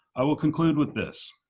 i will conclude with this,